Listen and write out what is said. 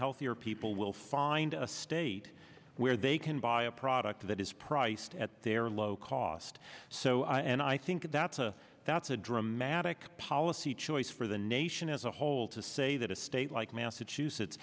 healthier people will find a state where they can buy a product that is priced at their low cost so i and i think that's a that's a dramatic policy choice for the nation as a whole to say that a state like massachusetts